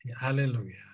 Hallelujah